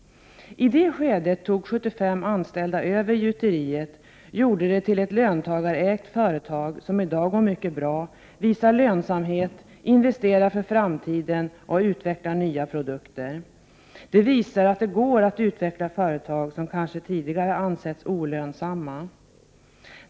I det skedet tog 75 anställda över gjuteriet och gjorde det till ett löntagarägt företag som i dag går mycket bra. Det visar lönsamhet, investerar för framtiden och utvecklar nya produkter. Detta visar att det går att utveckla företag som kanske tidigare ansetts olönsamma.